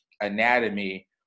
anatomy